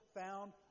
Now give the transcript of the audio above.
found